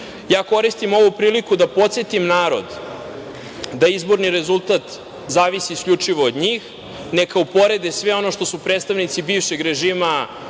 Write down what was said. podržavam. Koristim ovu priliku da podsetim narod da izborni rezultat zavisi isključivo od njih. Neka uporede sve ono što su predstavnici bivšeg režima